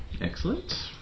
excellent